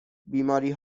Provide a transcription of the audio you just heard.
بیماری